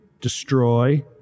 destroy